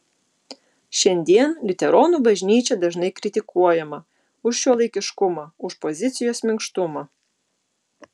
šiandien liuteronų bažnyčia dažnai kritikuojama už šiuolaikiškumą už pozicijos minkštumą